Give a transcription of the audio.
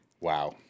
Wow